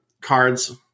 cards